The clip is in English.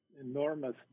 enormous